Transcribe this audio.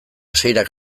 seirak